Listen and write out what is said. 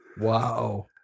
Wow